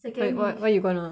second what what what you gonna